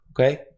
Okay